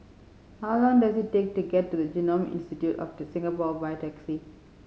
how long does it take to get to Genome Institute of Singapore by taxi